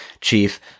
chief